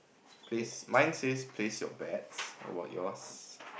please mind safe place your bags what about yours